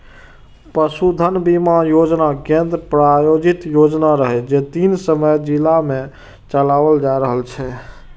पशुधन बीमा योजना केंद्र प्रायोजित योजना रहै, जे तीन सय जिला मे चलाओल जा रहल छै